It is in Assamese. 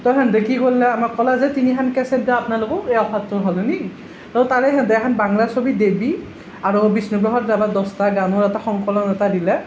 তো হেনতে দেখি কি কৰিলে আমাক ক'লে যে তিনিখন কেছেট দিওঁ আপোনালোকক এই অফাৰটো সলনি তাৰে সিহঁতে এখন বাংলা ছবি দেৱী আৰু বিষ্ণুপ্ৰসাদ ৰাভাৰ দহটা গানৰ এটা সংকলন এটা দিলে